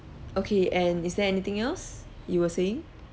okay and is there anything else you were saying